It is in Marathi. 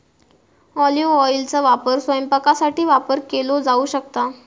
ऑलिव्ह ऑइलचो वापर स्वयंपाकासाठी वापर केलो जाऊ शकता